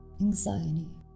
anxiety